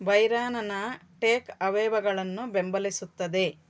ಬೈರಾನನ ಟೇಕ್ ಅವೇವಗಳನ್ನು ಬೆಂಬಲಿಸುತ್ತದೆ